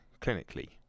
clinically